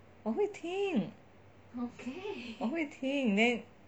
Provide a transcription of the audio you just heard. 我会听我会听 then